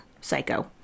psycho